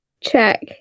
check